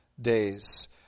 days